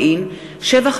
בעבירת ביטחון) (הוראת שעה) (תיקון מס'